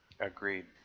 Agreed